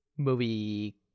movie